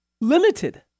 limited